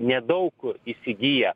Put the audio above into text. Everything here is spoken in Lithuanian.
nedaug įsigyja